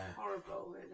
horrible